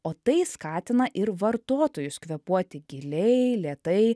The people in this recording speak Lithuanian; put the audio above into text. o tai skatina ir vartotojus kvėpuoti giliai lėtai